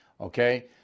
Okay